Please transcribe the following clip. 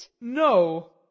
No